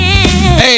Hey